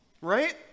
right